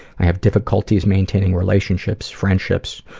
i have difficulties maintaining relationships, friendships,